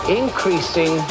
increasing